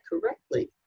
correctly